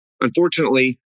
Unfortunately